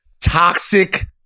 Toxic